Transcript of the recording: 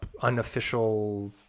unofficial